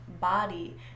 body